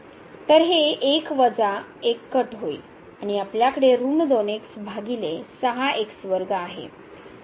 तर हे 1 वजा 1 कट होईल आणि आपल्याकडे ऋण 2x भागिले आहे